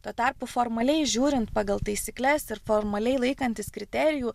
tuo tarpu formaliai žiūrint pagal taisykles ir formaliai laikantis kriterijų